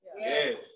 Yes